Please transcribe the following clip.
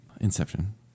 Inception